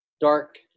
dark